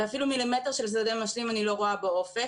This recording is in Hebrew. ואפילו מילימטר של שדה משלים אני לא רואה באופק,